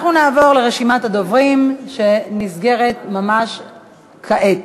נעבור לרשימת הדוברים, שנסגרת ממש כעת.